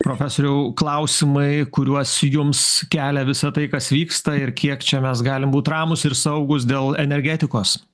profesoriau klausimai kuriuos jums kelia visa tai kas vyksta ir kiek čia mes galim būt ramūs ir saugūs dėl energetikos